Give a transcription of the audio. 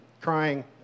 crying